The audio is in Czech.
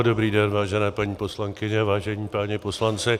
Dobrý den, vážené paní poslankyně a vážení páni poslanci.